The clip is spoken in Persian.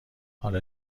حالا